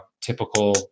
typical